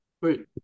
Wait